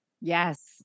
yes